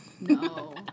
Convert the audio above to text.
No